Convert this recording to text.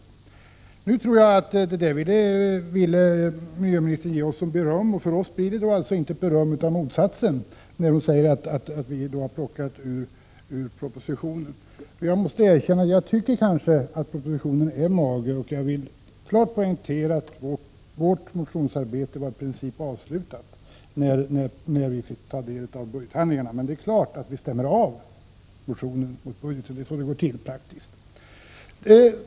Man skulle ju tro att miljöministern ville ge oss beröm, men det blir inte beröm, utan motsatsen när hon säger att vi har plockat ur propositionen. Jag måste erkänna att jag tycker att propositionen är mager, och jag vill klart poängtera att vårt motionsarbete i princip var avslutat när vi fick ta del av budgethandlingarna. Men det är klart att vi stämmer av motionerna mot budgeten. Det är så det rent praktiskt går till.